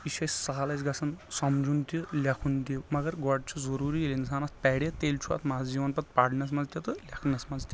یہِ چھ اَسہِ سہل اَسہِ گژھان سمجُن تہِ لیٚکھُن تہِ مگر گۄڈٕ چُھ ضروٗری ییٚلہِ اِنسان اَتھ پرِ تیٚلہِ چُھ اَتھ مزٕ یِوان پتہٕ پرنس منٛز تہِ تہٕ لیٚکھنس منٛز تہِ